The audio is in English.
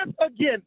again